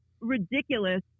ridiculous